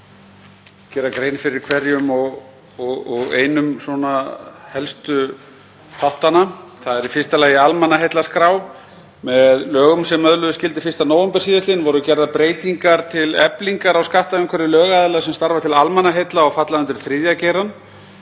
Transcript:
gera grein fyrir hverjum og einum af helstu þáttum. Það er í fyrsta lagi almannaheillaskrá. Með lögum sem öðluðust gildi 1. nóvember sl. voru gerðar breytingar til eflingar á skattumhverfi lögaðila sem starfa til almannaheilla og falla undir þriðja geirann.